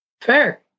Fair